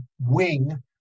wing